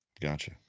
Gotcha